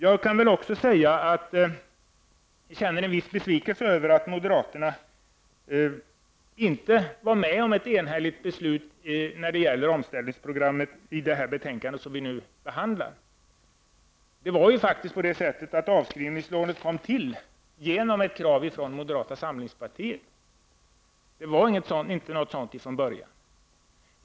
Jag kan väl också säga att jag känner en viss besvikelse över att moderaterna inte ville vara med om ett enhälligt förslag när det gäller omställningsprogrammet i det betänkande som vi nu behandlar. Avskrivningslånet kom faktiskt till genom ett krav från moderata samlingspartiet -- något sådant fanns inte från början.